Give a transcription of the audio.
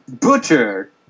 Butcher